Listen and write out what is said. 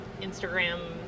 instagram